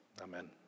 Amen